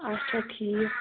اچھا ٹھیٖک